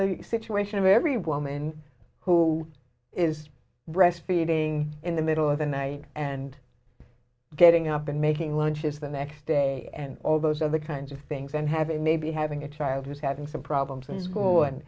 the situation of every woman who is breastfeeding in the middle of the night and getting up and making lunches the next day and all those are the kinds of things and having maybe having a child who's having some problems in school and